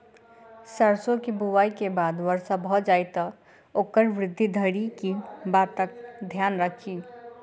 सैरसो केँ बुआई केँ बाद वर्षा भऽ जाय तऽ ओकर वृद्धि धरि की बातक ध्यान राखि?